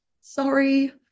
sorry